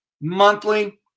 monthly